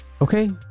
Okay